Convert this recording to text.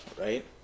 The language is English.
right